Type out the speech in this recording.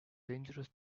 dangerous